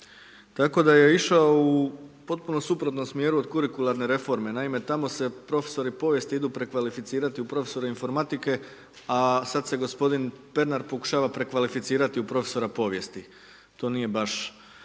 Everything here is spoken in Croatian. tako da je išao u potpuno suprotnom smjeru od kurikularne reforme. Naime, tamo se profesori povijesti idu prekvalificirati u profesore informatike, a sada se gospodin Pernar pokušava prekvalificirati u profesora povijesti, to nije baš